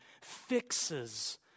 fixes